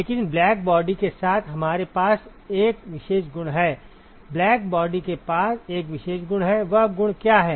लेकिन ब्लैकबॉडी के साथ हमारे पास एक विशेष गुण है ब्लैकबॉडी के पास एक विशेष गुण है वह गुण क्या है